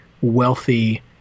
wealthy